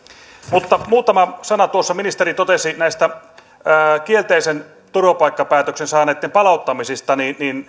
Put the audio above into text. mutta muutama sana tuossa ministeri totesi näistä kielteisen turvapaikkapäätöksen saaneitten palauttamisista